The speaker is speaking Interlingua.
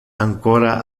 ancora